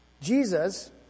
Jesus